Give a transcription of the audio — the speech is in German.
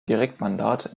direktmandat